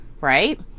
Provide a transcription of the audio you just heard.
right